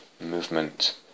movement